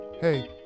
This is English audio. Hey